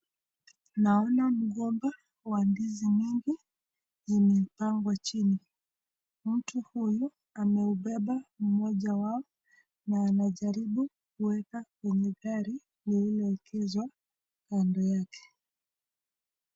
Naona mgomba wa ndizi mingi zimepangwa chini, mtu huyu ameubeba mmoja wao na anajaribu kuweka kwenye gari lililo egezwa kando yake.